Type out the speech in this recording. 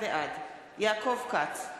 בעד יעקב כץ,